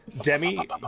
Demi